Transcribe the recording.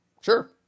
sure